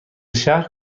شهر